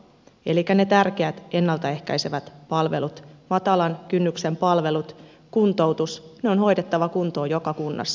ne tärkeät ennalta ehkäisevät palvelut matalan kynnyksen palvelut kuntoutus on hoidettava kuntoon joka kunnassa